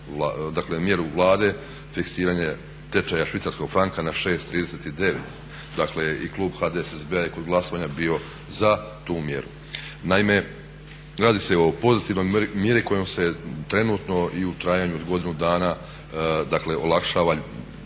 dakle mjeru Vlade, fiksiranje tečaja švicarskog franka na 6,39, dakle i klub HDSSB-a je kod glasovanja bio za tu mjeru. Naime, radi se o pozitivnoj mjeri kojom se trenutno i u trajanju od godinu dana dakle olakšava